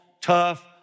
tough